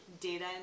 data